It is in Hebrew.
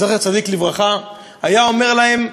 זכר צדיק לברכה, היה אומר להם: